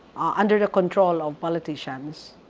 under the control of politicians,